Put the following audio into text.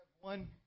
One